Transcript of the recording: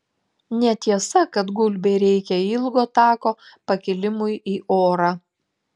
netiesa kad gulbei reikia ilgo tako pakilimui į orą